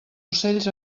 ocells